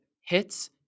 hits